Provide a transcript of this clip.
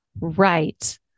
Right